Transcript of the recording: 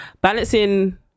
balancing